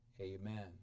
amen